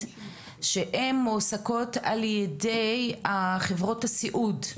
שהן מועסקות על ידי החברות הסיעודיות,